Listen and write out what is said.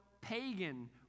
pagan